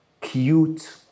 cute